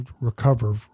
recover